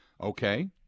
Okay